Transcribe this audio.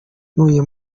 ntuye